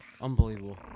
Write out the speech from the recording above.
Unbelievable